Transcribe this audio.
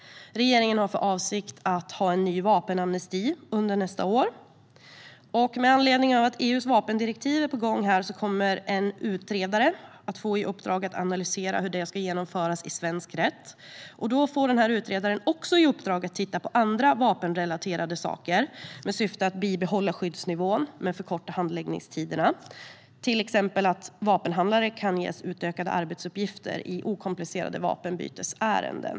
Regeringen har för avsikt att utfärda en ny vapenamnesti under nästa år. Med anledning av att EU:s vapendirektiv är på gång kommer en utredare att få i uppdrag att analysera hur direktivet ska genomföras i svensk rätt. Då får utredaren också i uppdrag att titta på andra vapenrelaterade frågor med syfte att bibehålla skyddsnivån men förkorta handläggningstiderna, till exempel att vapenhandlare kan ges utökade arbetsuppgifter i okomplicerade vapenbytesärenden.